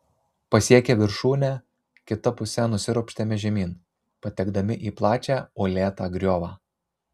pasiekę viršūnę kita puse nusiropštėme žemyn patekdami į plačią uolėtą griovą